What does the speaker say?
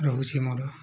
ରହୁଛିି ମୋର